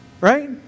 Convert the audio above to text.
Right